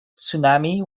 tsunami